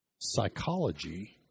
psychology